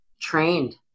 trained